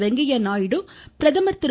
வெங்கையா நாயுடு பிரதமர் திரு